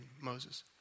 Moses